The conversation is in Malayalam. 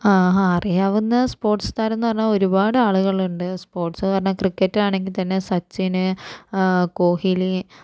ആ അറിയാവുന്ന സ്പോർട്സ് തരമെന്ന് പറഞ്ഞാൽ ഒരുപാട് ആളുകളുണ്ട് സ്പോർട്സ്ന്ന് പറഞ്ഞാൽ ക്രിക്കറ്റാണങ്കിൽ തന്നെ സച്ചിന് കോഹ്ലി